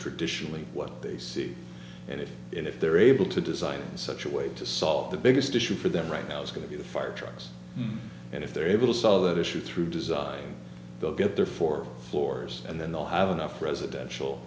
traditionally what they see and it if they're able to design such a way to solve the biggest issue for them right now is going to be the firetrucks and if they're able so that issue through design they'll get their four floors and then they'll have enough residential